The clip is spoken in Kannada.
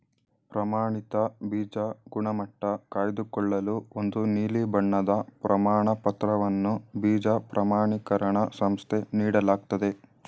ಪ್ರಮಾಣಿತ ಬೀಜ ಗುಣಮಟ್ಟ ಕಾಯ್ದುಕೊಳ್ಳಲು ಒಂದು ನೀಲಿ ಬಣ್ಣದ ಪ್ರಮಾಣಪತ್ರವನ್ನು ಬೀಜ ಪ್ರಮಾಣಿಕರಣ ಸಂಸ್ಥೆ ನೀಡಲಾಗ್ತದೆ